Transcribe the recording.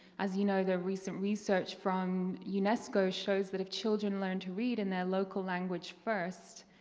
as you know the recent research from unesco, shows that if children learn to read in their local language first,